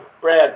Brad